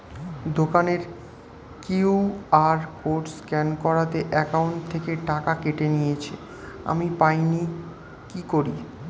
দোকানের QR code scan করাতে account থেকে টাকা কেটে নিয়েছে, আমি পাইনি কি করি?